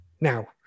now